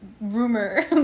rumor